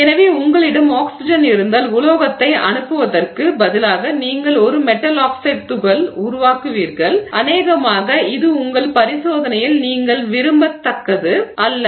எனவே உங்களிடம் ஆக்ஸிஜன் இருந்தால் உலோகத்தை அனுப்புவதற்கு பதிலாக நீங்கள் ஒரு மெட்டல் ஆக்சைடு துகள் உருவாக்குவீர்கள் அநேகமாக இது உங்கள் பரிசோதனையில் நீங்கள் விரும்பத்தக்கது அல்ல